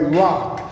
rock